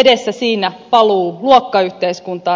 edessä siinnä paluu luokkayhteiskuntaan